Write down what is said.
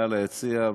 מעל היציע,